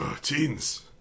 Teens